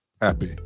happy